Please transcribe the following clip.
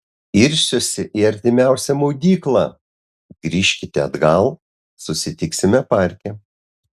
irsiuosi į artimiausią maudyklą grįžkite atgal susitiksime parke